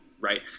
right